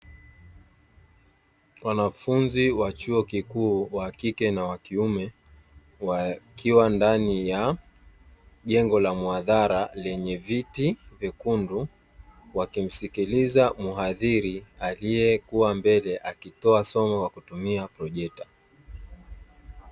Wanafunzi wa chuo kikuu wa kike na wa kiume wakiwa ndani ya jengo la muhadhara lenye viti vyekundu, wakimsikiliza mhadhiri aliyekuwa mbele akitoa somo kwa kutumia projekta.